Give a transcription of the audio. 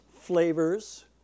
flavors